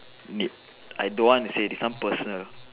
nip I don't want to say this one personal